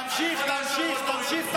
תמשיך, תמשיך.